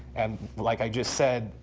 and like i just said,